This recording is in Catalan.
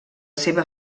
seva